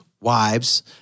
wives